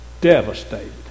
devastated